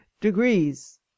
degrees